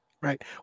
right